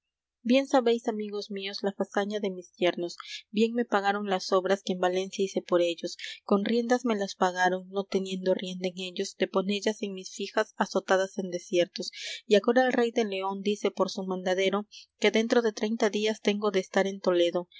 bien sabéis amigos míos la fazaña de mis yernos bien me pagaron las obras que en valencia hice por ellos con riendas me las pagaron no teniendo rienda en ellos de ponellas en mis fijas azotadas en desiertos y agora el rey de león dice por su mandadero que dentro de treinta días tengo de estar en toledo